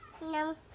No